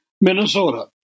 Minnesota